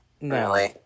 No